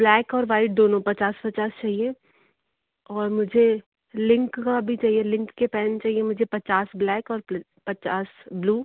black और white दोनों पचास पचास चाहिए और मुझे लिंक का भी चाहिए लिंक के पैन चाहिए मुझे पचास ब्लैक और प्लू पचास ब्लू